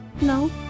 No